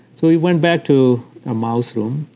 so we went back to a mouse room,